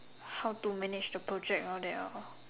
how to manage the project all that lor